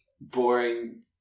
boring